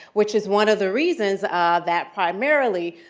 which is one of the reasons that primarily,